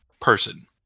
person